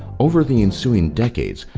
over the ensuing decades,